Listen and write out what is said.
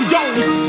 Jones